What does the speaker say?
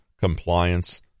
compliance